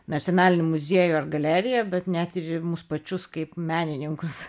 nacionalinį muziejų ar galeriją bet net ir į mus pačius kaip menininkus